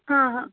हा हा